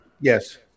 Yes